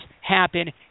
happen